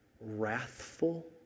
wrathful